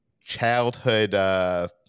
childhood –